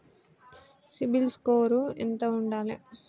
CIBIL score ఎంత ఉండాలే?